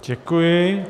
Děkuji.